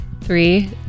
Three